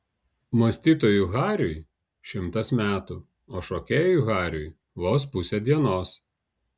mąstytojui hariui šimtas metų o šokėjui hariui vos pusė dienos